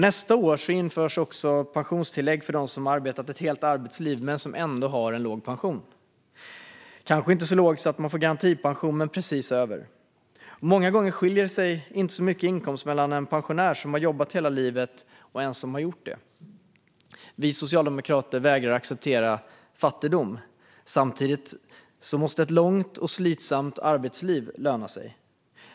Nästa år införs också ett pensionstillägg för dem som arbetat ett helt arbetsliv men ändå har låg pension - kanske inte så låg att de får garantipension men precis över. Många gånger skiljer det sig inte så mycket i inkomst mellan en pensionär som har jobbat hela livet och en som inte har gjort det. Vi socialdemokrater vägrar acceptera fattigdom. Samtidigt måste ett långt och slitsamt arbetsliv löna sig.